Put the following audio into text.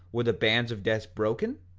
were the bands of death broken,